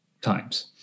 times